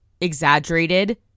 exaggerated